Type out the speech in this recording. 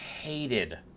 hated